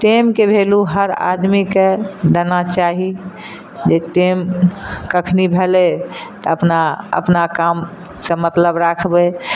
टाइमके वैल्यू हर आदमीके देना चाही जे टाइम कखनी भेलय तऽ अपना अपना कामसँ मतलब राखबय